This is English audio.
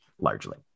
largely